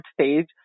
stage